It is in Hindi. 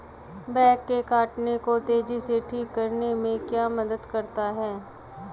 बग के काटने को तेजी से ठीक करने में क्या मदद करता है?